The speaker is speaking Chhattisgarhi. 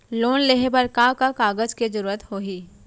लोन लेहे बर का का कागज के जरूरत होही?